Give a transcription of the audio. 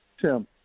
Tim